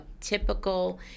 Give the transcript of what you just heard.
typical